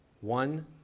One